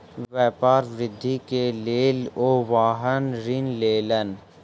व्यापार वृद्धि के लेल ओ वाहन ऋण लेलैन